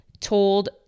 told